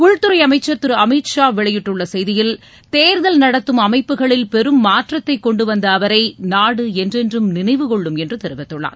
உள்துறை அமைச்சர் திரு அமித் ஷா வெளியிட்டுள்ள செய்தியில் தேர்தல் நடத்தும் அமைப்புகளில் பெரும் மாற்றத்தை கொண்டு வந்த அவரை நாடு என்றென்றும் நினைவு கொள்ளும் என்று தெரிவித்துள்ளார்